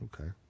okay